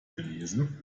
gelesen